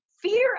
Fear